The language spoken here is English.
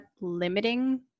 limiting